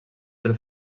del